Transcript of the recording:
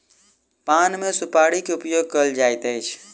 पान मे सुपाड़ी के उपयोग कयल जाइत अछि